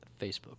Facebook